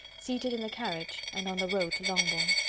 seated in the carriage, and on the road to longbourn.